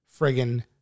friggin